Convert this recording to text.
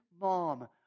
mom